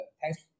Thanks